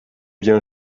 bien